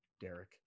Derek